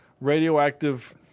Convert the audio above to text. radioactive